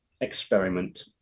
experiment